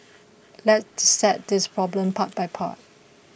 let's dissect this problem part by part